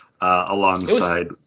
alongside